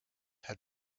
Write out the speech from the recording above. had